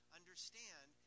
understand